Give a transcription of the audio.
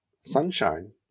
sunshine